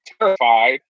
terrified